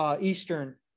Eastern